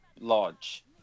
Lodge